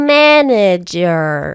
manager